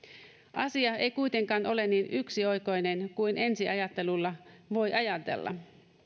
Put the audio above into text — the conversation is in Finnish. asia ei kuitenkaan ole niin yksioikoinen kuin ensi ajattelulla voi ajatella